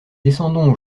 descendons